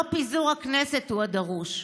לא פיזור הכנסת הוא הדרוש,